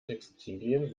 textilien